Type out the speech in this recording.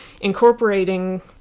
incorporating